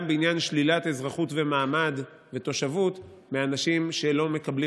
בעניין שלילת אזרחות ומעמד ותושבות מאנשים שלא מקבלים